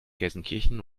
gelsenkirchen